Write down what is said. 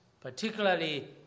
particularly